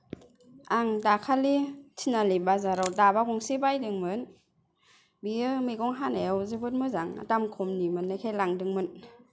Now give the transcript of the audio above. आं दाखालि थिनालि बाजाराव दाबा गंसे बायदोंमोन बेयो मैगं हानायाव जोबोद मोजां दाम खमनि मोन्नायखाय लांदोंमोन